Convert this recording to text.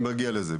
אני מגיע לזה.